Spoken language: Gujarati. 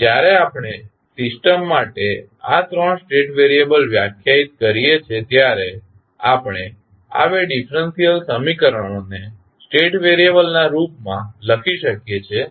જ્યારે આપણે સિસ્ટમ માટે આ 3 સ્ટેટ વેરિયેબલ વ્યાખ્યાયિત કરીએ છીએ ત્યારે આપણે આ 2 ડીફરન્સીયલ સમીકરણ ને સ્ટેટ વેરિયેબલના રૂપમાં લખી શકીએ છીએ